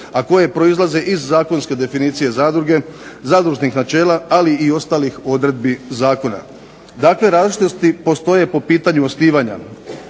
a koje proizlaze iz zakonske definicije zadruge, zadružnih načela, ali i ostalih odredbi zakona. Dakle, različitosti postoje po pitanju osnivanja